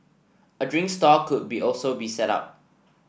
a drink stall could be also be set up